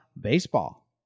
baseball